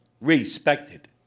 respected